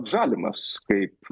žalimas kaip